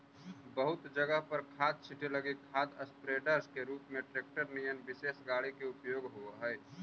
बहुत जगह पर खाद छीटे लगी खाद स्प्रेडर के रूप में ट्रेक्टर निअन विशेष गाड़ी के उपयोग होव हई